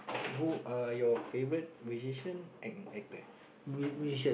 who are your favourite musician and actor